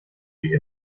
wie